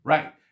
Right